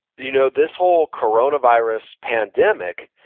you know this whole coronavirus pandemic,